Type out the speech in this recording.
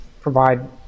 provide